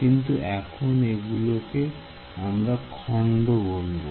কিন্তু এখন এগুলোকে আমরা খন্ড বলবো